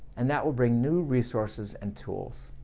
and that will bring new resources and tools.